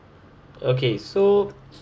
okay so